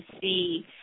see